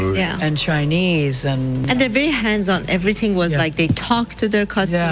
yeah and chinese. and and they're very hands on. everything was like, they talk to their yeah